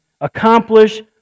accomplish